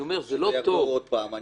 שזה יחזור עוד פעם.